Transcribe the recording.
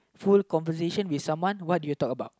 full conversation with someone what did you talk about